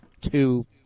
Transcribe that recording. two